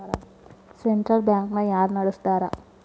Central bank ನ ಯಾರ್ ನಡಸ್ತಾರ?